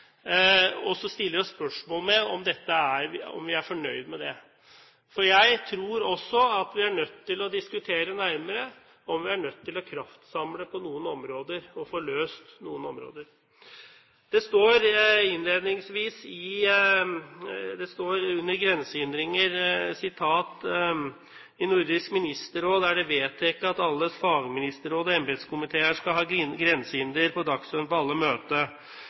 og så stiller oss spørsmålet om vi er fornøyd med det. Jeg tror også at vi er nødt til å diskutere nærmere om vi er nødt til å kraftsamle på noen områder og få løst noen områder. Det står innledningsvis under «Grensehinder»: «I Nordisk Ministerråd er det vedteke at alle fagministerråd og embetskomitear skal ha grensehinder på dagsordenen på alle